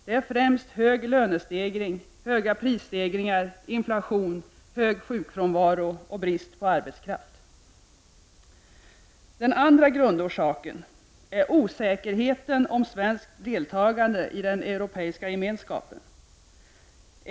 Det är främst hög lönestegring, prisstegring, inflation, hög sjukfrånvaro och brist på arbetskraft. Den andra grundorsaken är osäkerheten om svenskt deltagande i den Europeiska gemenskapen.